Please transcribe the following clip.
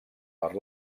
per